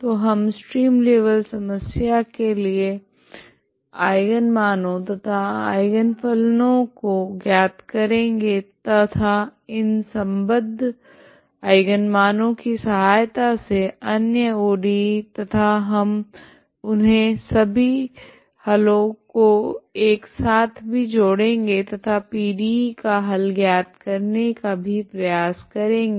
तो हम Sturm Liouville समस्या के लिए आइगनमानो तथा आइगन फलनों को ज्ञात करेगे तथा इन संबद्ध आइगन मानों की सहायता से अन्य ODE तथा हम उन्हे सभी हलो को एक साथ भी जोड़ेगे तथा PDE का हल ज्ञात करने का भी प्रयास करेगे